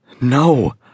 No